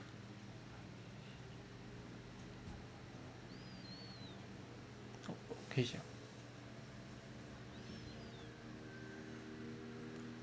okay sia